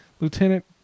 lieutenant